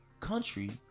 country